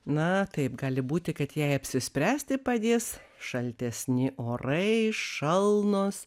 na taip gali būti kad jai apsispręsti padės šaltesni orai šalnos